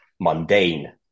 mundane